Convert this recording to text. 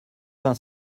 vingt